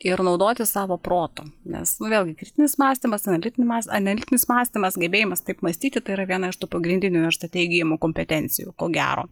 ir naudotis savo protu nes nu vėlgi kritinis mąstymas analiti analitinis mąstymas gebėjimas taip mąstyti tai yra viena iš tų pagrindinių universitete įgyjamų kompetencijų ko gero